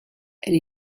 elle